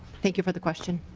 thank you for the question.